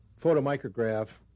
photomicrograph